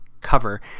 cover